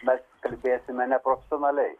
mes kalbėsime neprofesionaliai